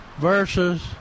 versus